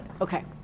Okay